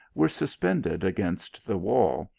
were suspended against the wall,